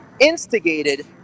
instigated